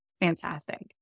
Fantastic